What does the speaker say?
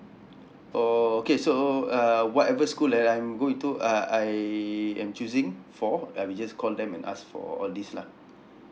oh okay so uh whatever school that I'm going to uh I am choosing for uh we just call them and ask for all these lah